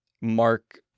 Mark